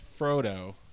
Frodo